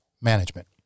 management